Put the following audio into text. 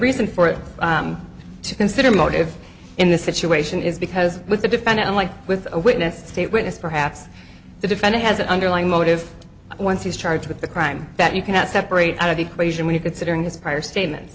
reason for it to consider motive in this situation is because with the defendant unlike with a witness state witness perhaps the defendant has an underlying motive and once he's charged with the crime that you cannot separate out of the equation when you consider his prior statement